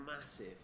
massive